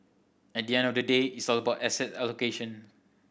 at the end of the day it's all about asset allocation